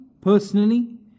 personally